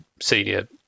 senior